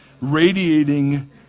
radiating